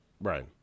Right